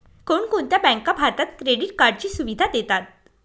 कोणकोणत्या बँका भारतात क्रेडिट कार्डची सुविधा देतात?